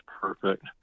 perfect